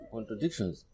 Contradictions